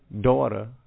daughter